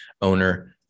owner